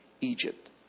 Egypt